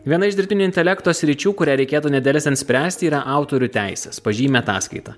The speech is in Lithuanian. viena iš dirbtinio intelekto sričių kurią reikėtų nedelsiant spręsti yra autorių teisės pažymi ataskaita